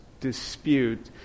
dispute